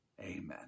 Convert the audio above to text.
Amen